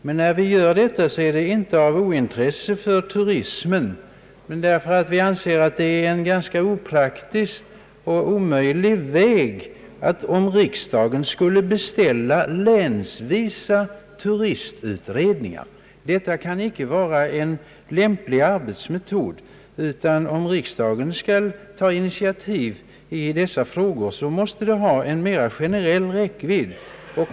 Vårt ställningstagande grundar sig inte på bristande intresse för turismen, utan på vår uppfattning att det vore en ganska opraktisk, för att ite säga omöjlig väg att riksdagen skul'e beställa turistutredningar länsvis. Detta kan inte vara en lämplig arbetsmetod. Om riksdagen skall ta några initiativ i dessa frågor måste de ges en mera generell räckvidd.